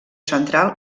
central